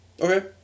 Okay